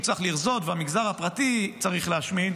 צריך לרזות ושהמגזר הפרטי צריך להשמין,